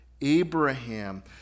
Abraham